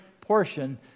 portion